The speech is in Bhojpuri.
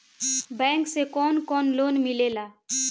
बैंक से कौन कौन लोन मिलेला?